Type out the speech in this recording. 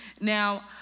Now